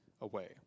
away